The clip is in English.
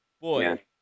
boy